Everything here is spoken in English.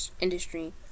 industry